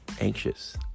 anxious